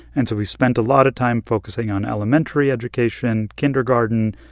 and so we've spent a lot of time focusing on elementary education, kindergarten,